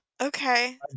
Okay